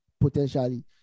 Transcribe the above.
potentially